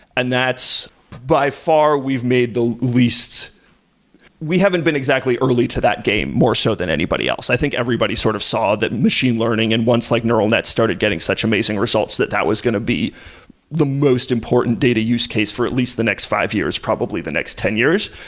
and that's by far we've made the least we haven't been exactly early to that game more so than anybody else. i think everybody sort of saw that machine learning and once like neural net started getting such amazing results that that was going to be the most important data use case for at least the next five years, probably the next ten years.